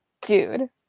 Dude